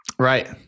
Right